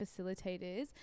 facilitators